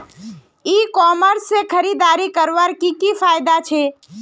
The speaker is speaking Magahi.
ई कॉमर्स से खरीदारी करवार की की फायदा छे?